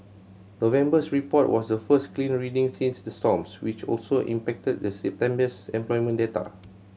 November's report was the first clean reading since the storms which also impacted September's employment data